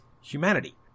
humanity